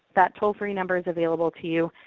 that toll-free number is available to you